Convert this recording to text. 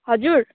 हजुर